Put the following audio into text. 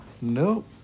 Nope